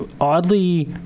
oddly